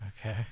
Okay